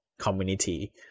community